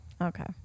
okay